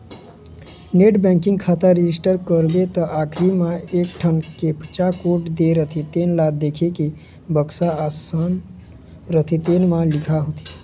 net banking खाता register करबे त आखरी म एकठन कैप्चा कोड दे रहिथे तेन ल देखके बक्सा असन रहिथे तेन म लिखना होथे